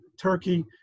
Turkey